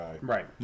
Right